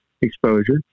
exposure